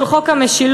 של חוק המשילות,